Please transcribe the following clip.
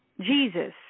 Jesus